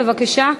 בבקשה.